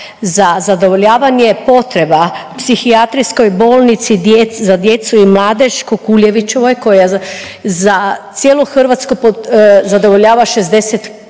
za zadovoljavanje potreba psihijatrijskoj bolnici za djecu i mladež u Kukuljevićevoj koja za cijelu Hrvatsku zadovoljava 60%